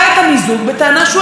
קודם כול,